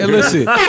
Listen